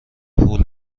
پول